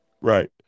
Right